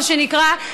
מה שנקרא,